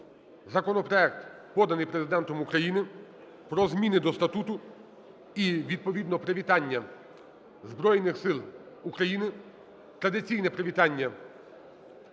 законопроект, поданий Президентом України, про зміни до статутів і відповідно привітання Збройних Сил України, традиційне привітання для України